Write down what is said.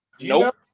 Nope